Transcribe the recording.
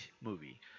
movie